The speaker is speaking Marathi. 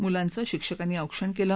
मुलांचे शिक्षकांनी औक्षण केले